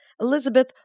Elizabeth